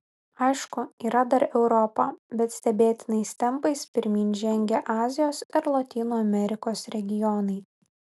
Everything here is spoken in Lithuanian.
aišku yra dar europa bet stebėtinais tempais pirmyn žengia azijos ir lotynų amerikos regionai